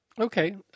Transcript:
Okay